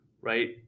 right